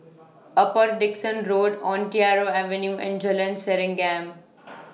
Upper Dickson Road Ontario Avenue and Jalan Serengam